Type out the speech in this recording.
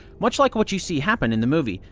much like what you see happen in the movie.